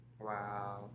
Wow